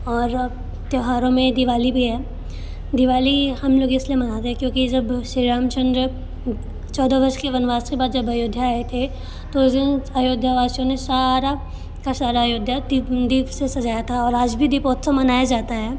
और त्यौहारों में दीवाली भी है दीवाली हम लोग इस लिए मनाते हैं क्योंकि जब श्री राम चन्द्र चौदह वर्ष के वनवास के बाद जब अयोध्या आए थे तो उस दिन अयोध्या वासियों ने सारा का सारा अयोध्या दीप दीप से सजाया था और आज भी दीपोत्सव मनाया जाता है